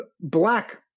black